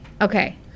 Okay